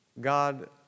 God